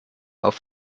auf